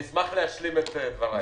אני אשמח להשלים את דבריי.